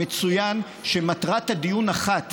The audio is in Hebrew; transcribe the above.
מצוין שמטרת הדיון אחת,